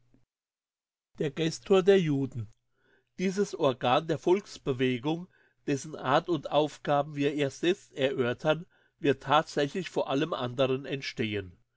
der gestor der juden dieses organ der volksbewegung dessen art und aufgaben wir erst jetzt erörtern wird thatsächlich vor allem anderen entstehen